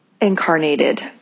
incarnated